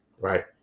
right